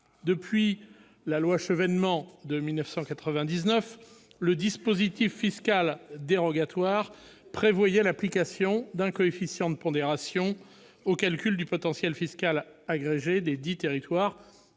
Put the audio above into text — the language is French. coopération intercommunale, le dispositif fiscal dérogatoire prévoyait l'application d'un coefficient de pondération au calcul du potentiel fiscal agrégé desdits territoires,